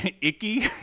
icky